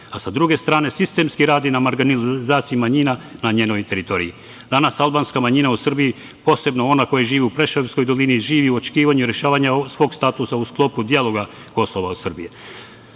a sa druge strane sistemski radi na marginalizaciji manjina, na njenoj teritoriji. Danas albanska manjina u Srbiji, posebno ona koja živi u Preševskoj dolini, živi u očekivanju rešavanja svog statusa u sklopu dijaloga Kosova i Srbije.